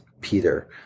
Peter